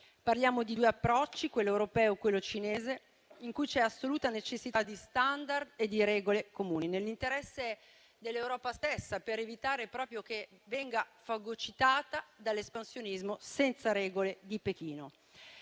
Parliamo di due approcci, quello europeo e quello cinese, in cui c'è assoluta necessità di *standard* e di regole comuni nell'interesse dell'Europa stessa, proprio per evitare che essa venga fagocitata dall'espansionismo senza regole di Pechino.